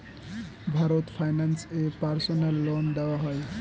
Bharat finance এ personal loan দেওয়া হয়?